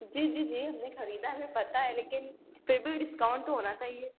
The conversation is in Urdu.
جی جی جی ہم نے خریدا ہے پتہ ہے لیکن پھر بھی ڈسکاؤنٹ تو ہونا چاہیے